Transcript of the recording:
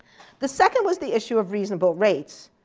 the second was the issue of reasonable rates.